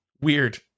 Weird